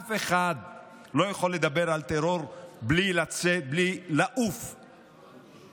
אף אחד לא יכול לדבר על טרור בלי לעוף מהמערכת.